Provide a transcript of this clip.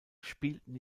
spielten